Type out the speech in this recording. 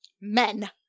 Men